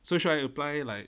so should I apply like